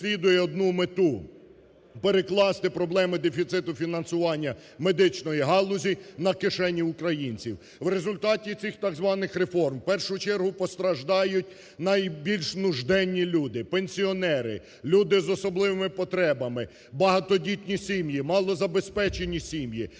переслідує одну мету – перекласти проблеми дефіциту фінансування медичної галузі на кишені українців. В результаті цих так званих реформ, в першу чергу постраждають найбільш нужденні люди, пенсіонери, люди з особливими потребами, багатодітні сім'ї, малозабезпечені сім'ї.